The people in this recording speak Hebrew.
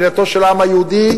מדינתו של העם היהודי,